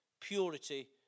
purity